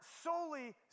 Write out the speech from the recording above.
solely